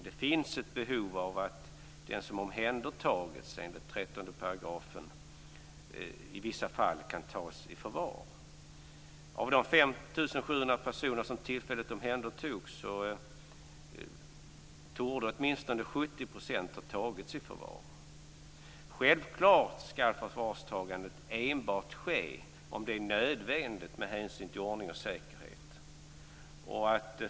Det finns ett behov av att den som omhändertagits enligt 13 § i vissa fall kan tas i förvar. Av de 5 700 personer som tillfälligt omhändertogs torde åtminstone 70 % ha tagits i förvar. Självklart skall förvarstagandet ske enbart om det är nödvändigt med hänsyn till ordning och säkerhet.